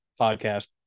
podcast